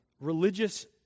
religious